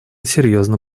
серьезно